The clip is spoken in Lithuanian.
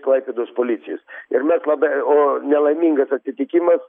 klaipėdos policijos ir mes labai o nelaimingas atsitikimas